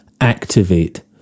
activate